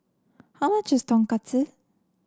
how much is Tonkatsu